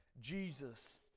jesus